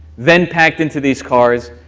then packed into these cars,